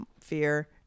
fear